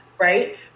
right